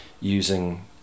using